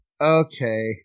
okay